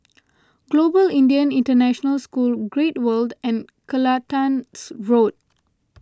Global Indian International School Great World and Kelantan Road